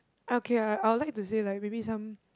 okay I I'll like to say like maybe some